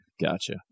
gotcha